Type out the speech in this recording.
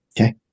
okay